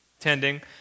attending